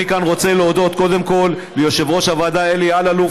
אני כאן רוצה להודות קודם כול ליושב-ראש הוועדה אלי אלאלוף,